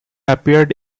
appeared